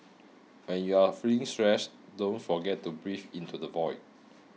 when you are feeling stressed don't forget to breathe into the void